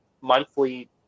monthly